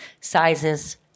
sizes